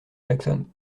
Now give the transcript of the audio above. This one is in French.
jackson